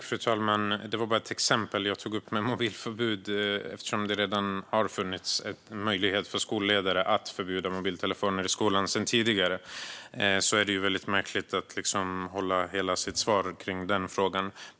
Fru talman! Mobilförbud var bara ett exempel som jag tog upp. Eftersom det sedan tidigare har funnits möjlighet för skolledare att förbjuda mobiltelefoner i skolan är det märkligt att låta hela sitt svar handla om den frågan.